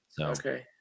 Okay